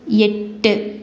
எட்டு